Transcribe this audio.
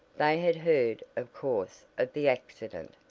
they had heard, of course, of the accident,